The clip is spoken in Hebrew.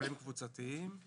וטיפולים קבוצתיים.